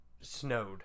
snowed